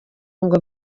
ngo